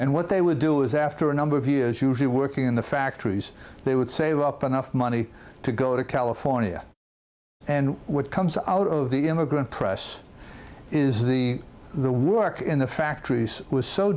and what they would do is after a number of years usually working in the factories they would save up enough money to go to california and what comes out of the immigrant press is the the work in the factories was so